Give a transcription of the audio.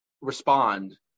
respond